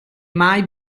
mai